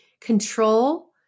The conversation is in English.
control